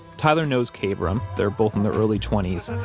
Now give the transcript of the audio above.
tyler knows kabrahm. they're both in their early twenty s,